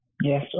Yes